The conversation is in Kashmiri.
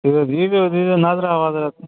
تُہۍ حظ ییٖزیٚو دیٖزیٚو نظرا وظرا تُہۍ